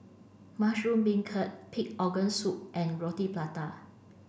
Mushroom Beancurd Pig Organ Soup and Roti Prata